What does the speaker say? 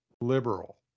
liberal